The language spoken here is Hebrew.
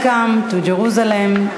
Welcome to Jerusalem.